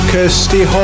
Kirsty